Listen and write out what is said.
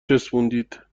چسبوندید